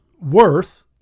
worth